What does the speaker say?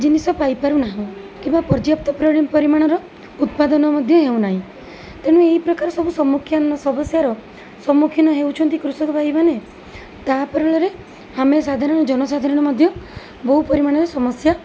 ଜିନିଷ ପାଇପାରୁ ନାହୁଁ କିମ୍ବା ପର୍ଯ୍ୟାପ୍ତ ପରିମାଣର ଉତ୍ପାଦନ ମଧ୍ୟ ହେଉନାହିଁ ତେଣୁ ଏହିପ୍ରକାର ସବୁ ସମସ୍ୟାର ସମ୍ମୁଖୀନ ହେଉଛନ୍ତି କୃଷକଭାଇମାନେ ତା ପରିମାଣରେ ଆମେ ସାଧାରଣ ଜନ ସାଧାରଣ ମଧ୍ୟ ବହୁ ପରିମାଣରେ ସମସ୍ୟା